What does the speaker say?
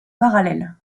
parallèle